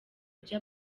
ibyo